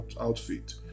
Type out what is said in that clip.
outfit